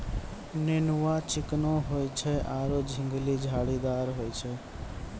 नेनुआ चिकनो होय छै आरो झिंगली धारीदार होय छै